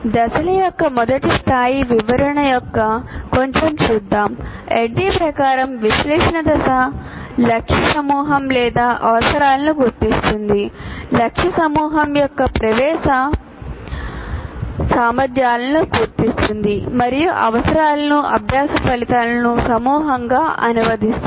దశల యొక్క మొదటి స్థాయి వివరణ యొక్క కొంచెం చూద్దాం ADDIE ప్రకారం విశ్లేషణ దశ లక్ష్య సమూహం యొక్క అవసరాలను గుర్తిస్తుంది లక్ష్య సమూహం యొక్క ప్రవేశ సామర్థ్యాలను గుర్తిస్తుంది మరియు అవసరాలను అభ్యాస ఫలితాల సమూహంగా అనువదిస్తుంది